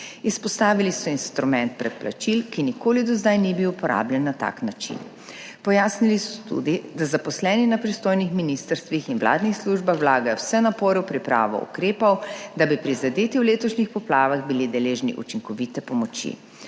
Izpostavili so instrument predplačil, ki nikoli do zdaj ni bil uporabljen na tak način. Pojasnili so tudi, da zaposleni na pristojnih ministrstvih in vladnih službah vlagajo vse napore v pripravo ukrepov, da bi prizadeti v letošnjih poplavah bili deležni učinkovite pomoči.